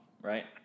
right